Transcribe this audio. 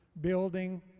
building